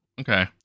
Okay